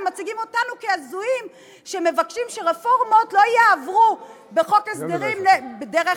ומציגים אותנו כהזויים שמבקשים שרפורמות לא יעברו בחוק הסדרים דרך